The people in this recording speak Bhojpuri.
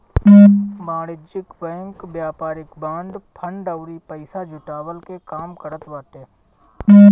वाणिज्यिक बैंक व्यापारिक बांड, फंड अउरी पईसा जुटवला के काम करत बाटे